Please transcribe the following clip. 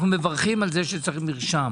אנו מברכים על כך שצריך מרשם.